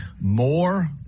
more